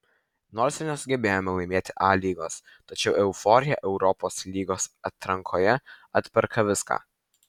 nors ir nesugebėjome laimėti a lygos tačiau euforija europos lygos atrankoje atperka viską